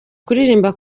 kuririmba